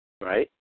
right